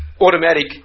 automatic